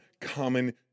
common